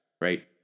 right